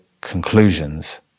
conclusions